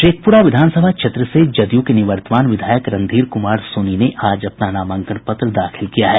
शेखप्रा विधानसभा क्षेत्र से जदयू के निवर्तमान विधायक रंधीर कुमार सोनी ने आज अपना नामांकन पत्र दाखिल किया है